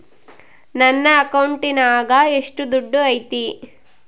ನನ್ನ ಅಕೌಂಟಿನಾಗ ಎಷ್ಟು ದುಡ್ಡು ಐತಿ?